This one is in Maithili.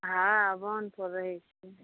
हाॅं बान्ध पर रहै छी